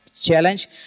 Challenge